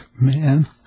Man